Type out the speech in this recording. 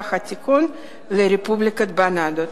במזרח התיכון לרפובליקת בננות.